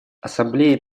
ассамблее